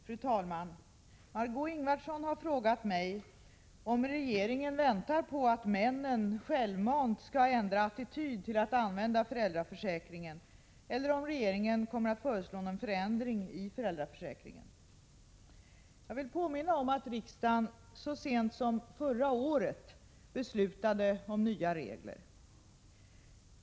Fru talman! Margéö Ingvardsson har frågat mig om regeringen väntar på att männen självmant skall ändra attityd till att använda föräldraförsäkringen, eller om regeringen kommer att föreslå någon förändring i föräldraförsäkringen. Jag vill påminna om att riksdagen så sent som förra året beslutade om nya regler.